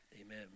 amen